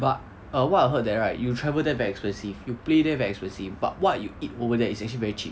but err what I heard that right you travel there very expensive you play there very expensive but what you eat over there is actually very cheap